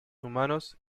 humanos